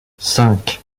cinq